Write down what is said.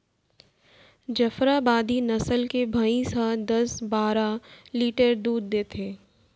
जफराबादी नसल के भईंस ह दस बारा लीटर दूद देथे